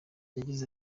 yagize